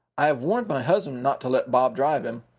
i have warned my husband not to let bob drive him.